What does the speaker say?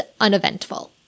uneventful